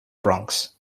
bronx